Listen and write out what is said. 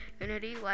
unity